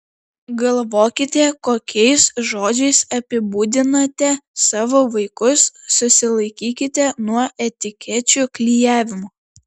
galvokite kokiais žodžiais apibūdinate savo vaikus susilaikykite nuo etikečių klijavimo